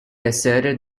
asserted